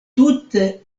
tute